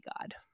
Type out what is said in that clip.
God